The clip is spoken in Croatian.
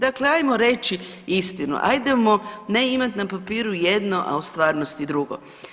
Dakle, ajmo reći istinu, ajdemo imat na papiru jedno, a u stvarnosti drugo.